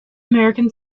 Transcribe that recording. american